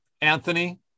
Anthony